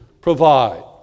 provide